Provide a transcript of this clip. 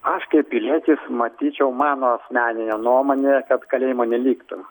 aš kaip pilietis matyčiau mano asmenine nuomonė kad kalėjimo neliktų